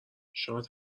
شاد